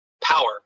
power